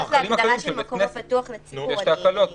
אם הוא נכנס להגדרה של מקום פתוח לציבור --- יש את ההקלות גם.